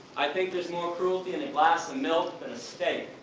i think there is more cruelty in a glass of milk than a steak.